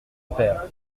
père